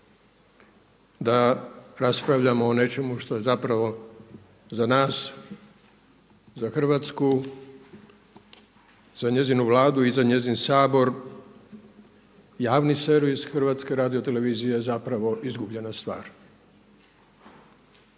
da raspravljamo o nečemu što je zapravo za nas, za Hrvatsku, za njezinu Vladu i njezin Sabor javni servis Hrvatske radio televizije zapravo izgubljena stvar.